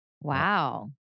Wow